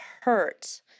hurt